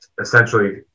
essentially